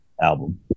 album